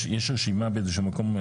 יש רשימה באיזשהו מקום,